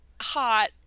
hot